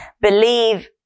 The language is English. believe